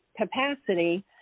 capacity